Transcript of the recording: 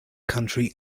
country